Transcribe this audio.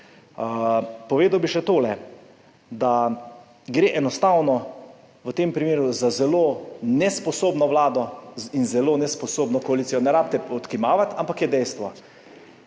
Povedal bi še to, da gre enostavno v tem primeru za zelo nesposobno vlado in zelo nesposobno koalicijo. Ne rabite odkimavati, ampak je dejstvo.